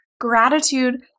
Gratitude